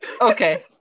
Okay